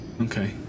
Okay